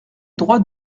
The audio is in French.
droit